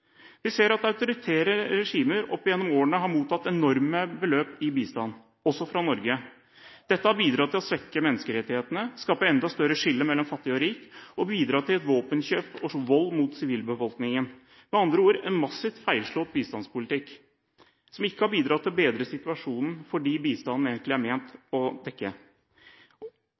Vi ser at autoritære regimer opp gjennom årene har mottatt enorme beløp i bistand – også fra Norge. Dette har bidratt til å svekke menneskerettighetene, skape enda større skille mellom fattig og rik og bidratt til våpenkjøp og vold mot sivilbefolkningen – med andre ord, en massivt feilslått bistandspolitikk som ikke har bidratt til å bedre situasjonen for dem bistanden egentlig er ment å dekke.